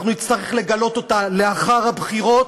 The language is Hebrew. אנחנו נצטרך לגלות אותה לאחר הבחירות,